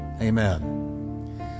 Amen